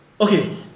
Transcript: Okay